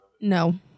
No